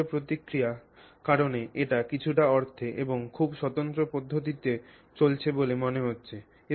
বেশ দৃঢ় প্রতিক্রিয়ার কারণে এটি কিছুটা অর্থে এবং খুব স্বতন্ত্র পদ্ধতিতে চলছে বলে মনে হচ্ছে